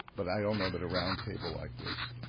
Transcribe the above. but i don't know that a roundtable like this.